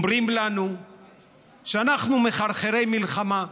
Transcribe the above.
אומרים לנו שאנחנו מחרחרי מלחמה.